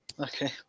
Okay